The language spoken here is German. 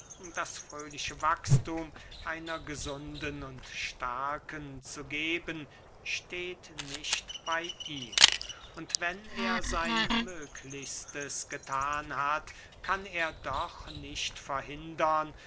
das fröhliche wachsthum einer gesunden und starken zu geben steht nicht bey ihm und wenn er sein möglichstes gethan hat kann er doch nicht verhindern